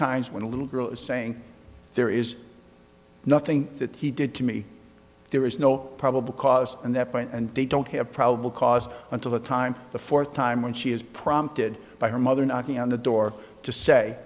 times when a little girl is saying there is nothing that he did to me there is no probable cause and that point and they don't have probable cause until the time the fourth time when she is prompted by her mother knocking on the door to say